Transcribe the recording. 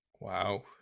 wow